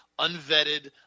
unvetted